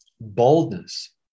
boldness